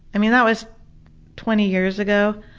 that was twenty years ago,